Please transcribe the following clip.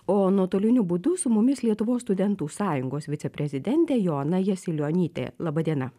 o nuotoliniu būdu su mumis lietuvos studentų sąjungos viceprezidentė joana jasilionytė laba diena